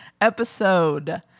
episode